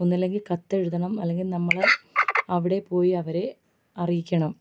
ഒന്നില്ലെങ്കിൽ കത്ത് എഴുതണം അല്ലെങ്കിൽ നമ്മൾ അവിടെ പോയി അവരെ അറിയിക്കണം